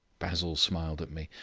basil smiled at me.